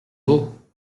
beau